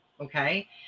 okay